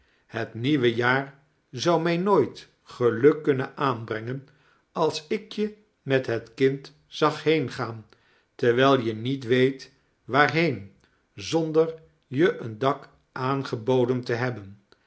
het nieuwe jaar zou mij nooit geluk kulmen aanbrengen als ik je met het kind zag heengeen terwijl je niet weet waarheen bonder je een dak aangeiboden te hebben